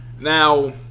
Now